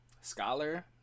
Scholar